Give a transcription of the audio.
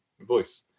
voice